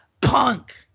Punk